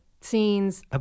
scenes